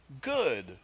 good